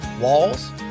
walls